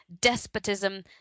despotism